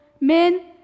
men